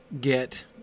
get